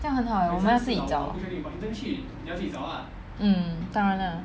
很好 leh 我们要自己找 mm 当然 lah